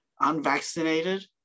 unvaccinated